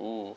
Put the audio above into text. oo